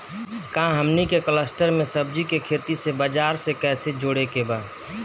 का हमनी के कलस्टर में सब्जी के खेती से बाजार से कैसे जोड़ें के बा?